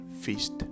feast